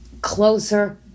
closer